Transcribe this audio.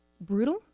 brutal